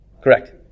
correct